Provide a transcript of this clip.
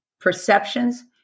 perceptions